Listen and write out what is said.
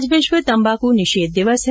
आज विश्व तम्बाकू निषेध दिवस है